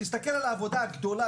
תסתכל על העבודה הגדולה